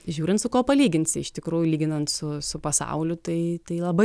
žiūrint su kuo palyginsi iš tikrųjų lyginant su su pasauliu tai tai labai